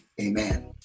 Amen